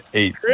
eight